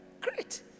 great